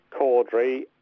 Caudry